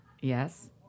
Yes